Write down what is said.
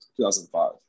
2005